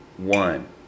One